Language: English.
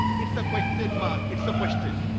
it's a question mark. it's a question.